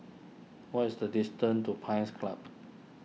what is the distance to Pines Club